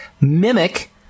mimic